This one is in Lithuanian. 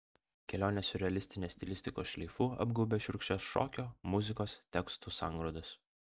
kelionė siurrealistinės stilistikos šleifu apgaubia šiurkščias šokio muzikos tekstų sangrūdas